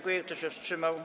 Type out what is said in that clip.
Kto się wstrzymał?